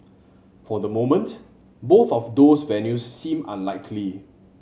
for the moment both of those venues seem unlikely